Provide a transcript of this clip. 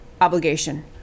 obligation